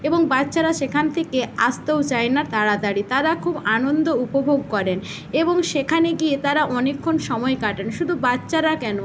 এবং বাচ্চারা সেখান থেকে আসতেও চায় না তাড়াতাড়ি তারা খুব আনন্দ উপভোগ করেন এবং সেখানে গিয়ে তারা অনেকক্ষণ সময় কাটান শুধু বাচ্চারা কেন